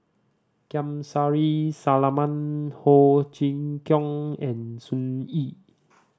Kamsari Salam Ho Chee Kong and Sun Yee